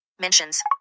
mentions